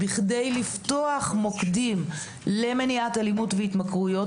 בכדי לפתוח מוקדים למניעת אלימות והתמכרויות,